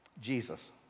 Jesus